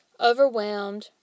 overwhelmed